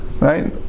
right